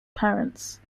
parents